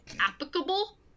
applicable